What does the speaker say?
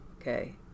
okay